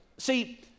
See